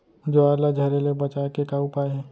ज्वार ला झरे ले बचाए के का उपाय हे?